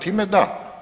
Time da.